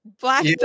Black